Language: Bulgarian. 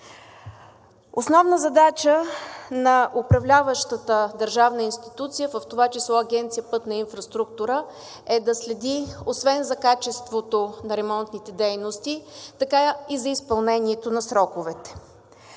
Основна задача на управляващата държавна институция, в това число Агенция „Пътна инфраструктура“, е да следи освен за качеството на ремонтните дейности, така и за изпълнението на сроковете.